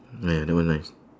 ah ya that one nice